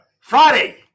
Friday